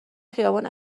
خیابون